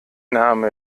name